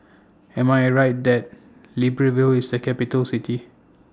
Am I Right that Libreville IS A Capital City